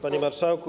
Panie Marszałku!